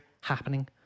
happening